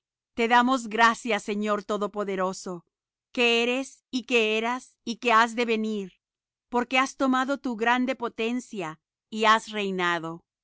te damos gracias señor dios todopoderoso que eres y que eras y que has de venir porque has tomado tu grande potencia y has reinado